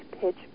pitch